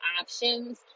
options